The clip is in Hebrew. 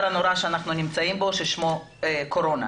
הנורא שאנחנו נמצאים בו ששמו קורונה.